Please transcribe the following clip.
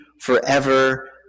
forever